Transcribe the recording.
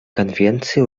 конвенции